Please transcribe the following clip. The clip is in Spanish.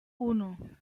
uno